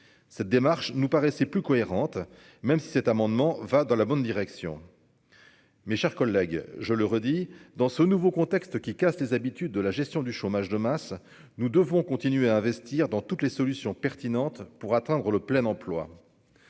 cette démarche nous paraissait plus cohérente, même si cet amendement va dans la bonne direction, mes chers collègues, je le redis dans ce nouveau contexte qui casse les habitudes de la gestion du chômage de masse, nous devons continuer à investir dans toutes les solutions pertinentes pour atteindre le plein emploi,